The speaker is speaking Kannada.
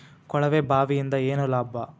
ಕೊಳವೆ ಬಾವಿಯಿಂದ ಏನ್ ಲಾಭಾ?